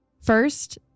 First